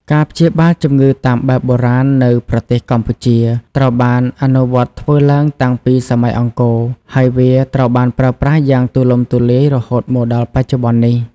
ការព្យាបាលជំងឺតាមបែបបុរាណនៅប្រទេសកម្ពុជាត្រូវបានអនុវត្តធ្វើឡើងតាំងពីសម័យអង្គរ ហើយវាត្រូវបានប្រើប្រាស់យ៉ាងទូលំទូលាយរហូតមកដល់បច្ចុប្បន្ននេះ។